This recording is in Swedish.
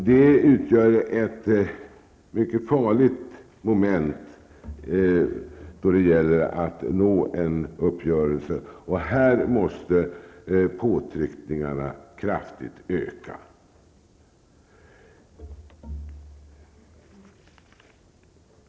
De utgör en stor fara när det gäller att nå en uppgörelse. Här måste påtryckningarna kraftigt öka.